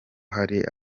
hari